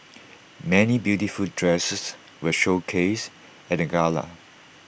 many beautiful dresses were showcased at the gala